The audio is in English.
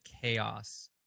chaos